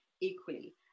equally